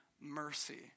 mercy